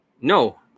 no